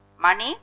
Money